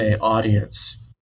audience